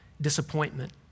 disappointment